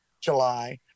July